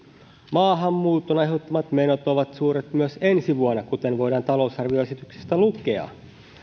maahanmuuton aiheuttamat menot ovat suuret myös ensi vuonna kuten voidaan talousarvioesityksestä lukea